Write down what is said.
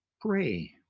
Pray